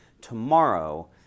tomorrow